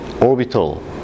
orbital